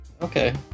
Okay